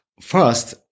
first